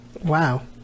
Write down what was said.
wow